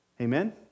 Amen